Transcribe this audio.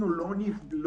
אנחנו לא נבהלנו